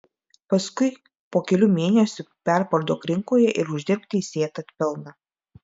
paskui po kelių mėnesių perparduok rinkoje ir uždirbk teisėtą pelną